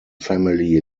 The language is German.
family